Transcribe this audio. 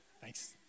thanks